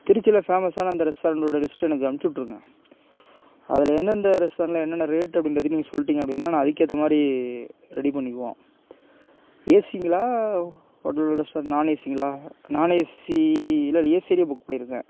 திருச்சியில ஃபேமஸான அந்த ரெஸ்டாரண்ட்டோட லிஸ்ட் எனக்கு அமிச்சிவுட்ருங்க அதில் எந்தெந்த ரெஸ்டாரண்ட்டில என்னன்னா ரேட்டு அப்படின்றதையும் நீங்கள் சொல்லிட்டிங்க அப்படின்னா நான் அதுக்கு ஏத்தமாதிரி ரெடி பண்ணிக்குவோம் ஏசிங்களா ஹோட்டலு ரெஸ்டாரண்ட் நான் ஏசிங்களா நான் ஏசி இல்லை ஏசிலயே புக் பண்ணிருங்க